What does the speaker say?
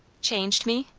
changed me?